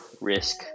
risk